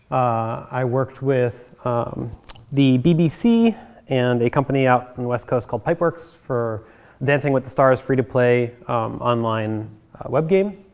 i worked with um the bbc and a company out in west coast called pipeworks for dancing with the stars free to play online web game.